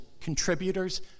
contributors